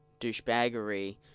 douchebaggery